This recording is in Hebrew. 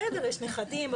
בסדר, יש נכדים.